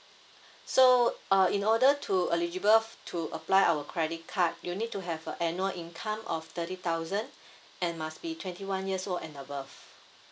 so uh in order to eligible to apply our credit card you need to have a annual income of thirty thousand and must be twenty one years old and above